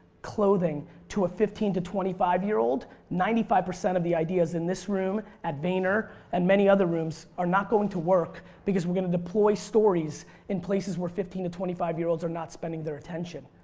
clothing to a fifteen to twenty five year old ninety five percent of the ideas in this room, at vayner and many other rooms are not going to work because were going to deploy stories in places where fifteen to twenty five year olds are not spending their attention.